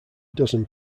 dozen